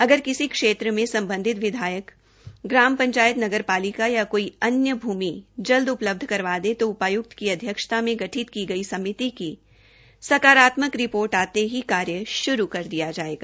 अगर किसी क्षेत्र में संबंधित विधायक ग्राम पंचायत नगरपालिका या काई अन्य भूमि जल्द उपलब्ध करवा दें त उपायुक्त की अध्यक्षता में गठित की गई समिति की सकारात्मक रिपार्ट आते ही कार्य श्रू कर दिया जाएगा